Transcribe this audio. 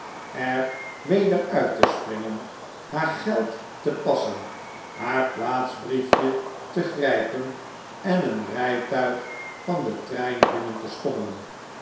er weder uit te springen haar geld te passen haar plaatsbriefje te grijpen en een rjjtuig van den trein binnen te stommelen